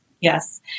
Yes